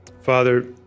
Father